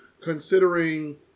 considering